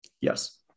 Yes